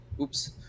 Oops